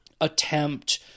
attempt